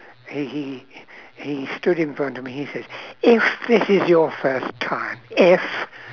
he he he he stood in front of me he says if this is your first time if